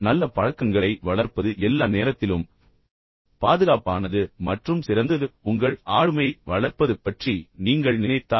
நல்ல பழக்கங்களை வளர்ப்பது எல்லா நேரத்திலும் பாதுகாப்பானது மற்றும் சிறந்தது குறிப்பாக உங்கள் ஆளுமையை வளர்ப்பது பற்றி நீங்கள் நினைத்தால்